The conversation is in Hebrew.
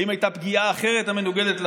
האם הייתה עילה אחרת המנוגדת לחוק.